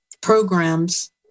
programs